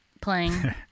playing